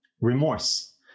remorse